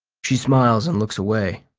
she smiles and looks away.